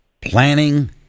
planning